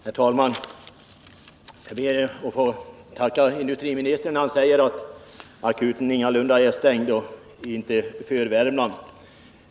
Herr talman! Jag ber att få tacka industriministern för svaret att akuten ingalunda är stängd för Värmland.